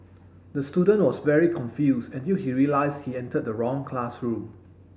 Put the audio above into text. the student was very confused until he realised he entered the wrong classroom